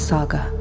Saga